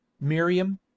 Miriam